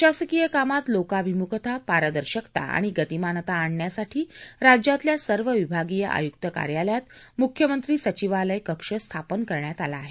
प्रशासकीय कामात लोकाभिमुखता पारदर्शकता आणि गतिमानता आणण्यासाठी राज्यातल्या सर्व विभागीय आयुक्त कार्यालयात मुख्यमंत्री सचिवालय कक्ष स्थापन करण्यात आला आहे